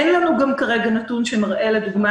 אין לנו גם כרגע נתון שמראה לדוגמה